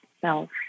self